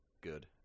good